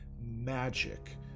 magic